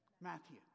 Matthew